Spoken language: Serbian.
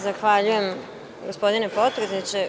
Zahvaljujem gospodine potpredsedniče.